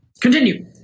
Continue